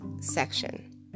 section